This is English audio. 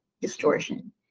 distortion